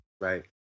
Right